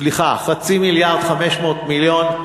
סליחה, חצי מיליארד, 500 מיליון.